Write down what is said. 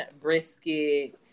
brisket